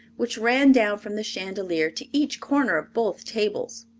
which ran down from the chandelier to each corner of both tables.